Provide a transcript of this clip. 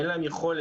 אין להם יכולת,